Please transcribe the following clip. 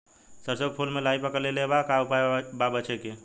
सरसों के फूल मे लाहि पकड़ ले ले बा का उपाय बा बचेके?